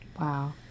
Wow